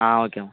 ஆ ஓகேம்மா